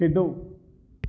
ਖੇਡੋ